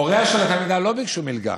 הוריה של התלמידה לא ביקשו מלגה,